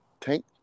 Tank